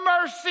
mercy